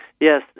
Yes